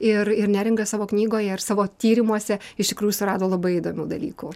ir ir neringa savo knygoje ir savo tyrimuose iš tikrųjų surado labai įdomių dalykų